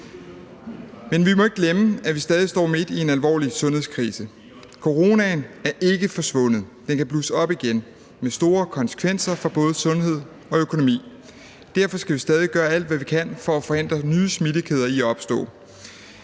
Men vi må ikke glemme, at vi stadig står midt i en alvorlig sundhedskrise, for coronaen er ikke forsvundet, og den kan blusse op igen med store konsekvenser for både sundhed og økonomi. Derfor skal vi stadig gøre alt, hvad vi kan, for at forhindre nye smittekæder i at opstå.